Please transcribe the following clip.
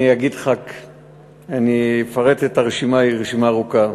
אני אפרט את הרשימה, היא ארוכה: